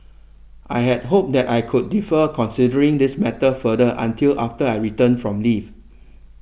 I had hoped that I could defer considering this matter further until after I return from leave